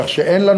כך שאין לנו,